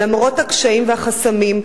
למרות הקשיים והחסמים,